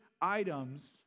items